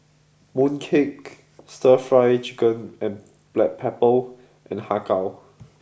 mooncake Stir fry chicken with black pepper and Har Kow